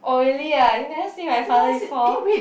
oh really ah you never see my father before